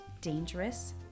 dangerous